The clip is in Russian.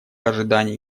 ожиданий